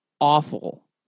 awful